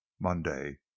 Monday